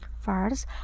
First